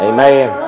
Amen